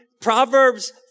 Proverbs